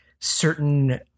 certain